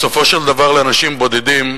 בסופו של דבר, לאנשים בודדים,